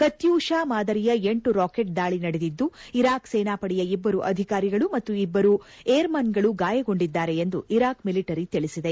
ಕತ್ಕೂಷಾ ಮಾದರಿಯ ಎಂಟು ರಾಕೆಟ್ ದಾಳ ನಡೆದಿದ್ದು ಇರಾಕ್ ಸೇನಾಪಡೆಯ ಇಬ್ಬರು ಅಧಿಕಾರಿಗಳು ಮತ್ತು ಇಬ್ಬರು ಏರ್ಮನ್ಗಳು ಗಾಯಗೊಂಡಿದ್ದಾರೆ ಎಂದು ಇರಾಕ್ ಮಿಲಿಟರಿ ತಿಳಿಸಿದೆ